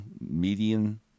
median